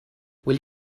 will